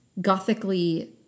gothically